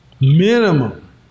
Minimum